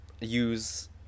use